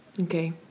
okay